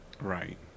right